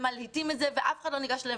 ומלהיטים את זה ואף אחד לא ניגש אליה.